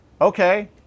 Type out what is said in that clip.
Okay